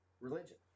religion